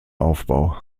aufbau